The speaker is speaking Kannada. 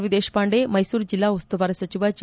ವಿ ದೇಶಪಾಂಡೆ ಮೈಸೂರು ಜಿಲ್ಲಾ ಉಸ್ತುವಾರಿ ಸಚಿವ ಜಿ